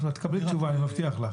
את תקבלי תשובה, אני מבטיח לך.